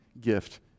gift